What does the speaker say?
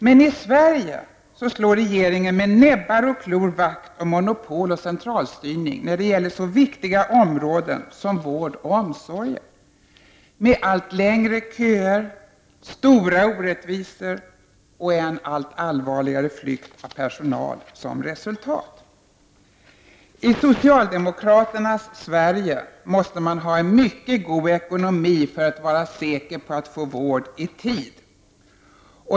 Men i Sverige har regeringen med näbbar och klor slagit vakt om monopol och centralstyrning på så viktiga områden som vård och omsorger med allt längre köer, stora orättvisor och en allt allvarligare flykt av personal som resultat. I socialdemokraternas Sverige måste man ha mycket god ekonomi för att vara säker på att få vård i tid.